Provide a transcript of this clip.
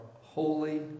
holy